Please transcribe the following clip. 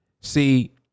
See